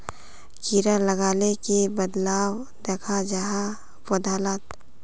कीड़ा लगाले की बदलाव दखा जहा पौधा लात?